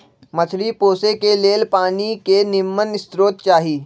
मछरी पोशे के लेल पानी के निम्मन स्रोत चाही